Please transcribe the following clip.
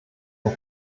ein